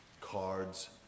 cards